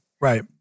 Right